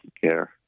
care